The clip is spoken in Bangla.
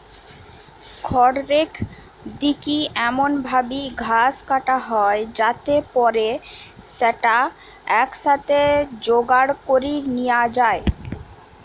খড়রেক দিকি এমন ভাবি ঘাস কাটা হয় যাতে পরে স্যাটা একসাথে জোগাড় করি নিয়া যায়